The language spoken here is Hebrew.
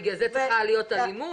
בגלל זה צריכה להיות אלימות?